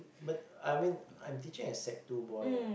but I'm mean I'm teaching a sec two boy